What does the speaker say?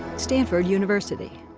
stanford university.